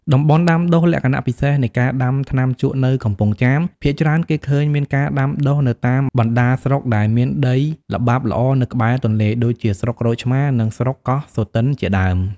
តំបន់ដាំដុះ លក្ខណៈពិសេសនៃការដាំថ្នាំជក់នៅកំពង់ចាម ភាគច្រើនគេឃើញមានការដាំដុះនៅតាមបណ្តាស្រុកដែលមានដីល្បាប់ល្អនៅក្បែរទន្លេ ដូចជាស្រុកក្រូចឆ្មារ និងស្រុកកោះសូទិនជាដើម។